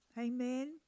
Amen